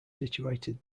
situated